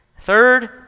Third